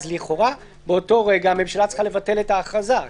לכאורה הממשלה באותו רגע צריכה לבטל את ההכרזה.